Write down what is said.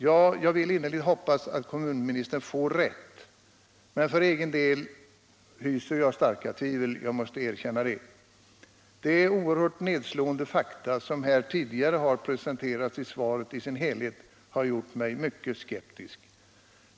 Jag vill innerligt hoppas att kommunministern får rätt, men för egen del hyser jag starka tvivel — jag måste erkänna det. De oerhört nedslående fakta som tidigare presenterats i svaret i sin Om beredskapen mot oljekatastrofer Om beredskapen mot oljekatastrofer helhet har gjort mig mycket skeptisk.